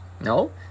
No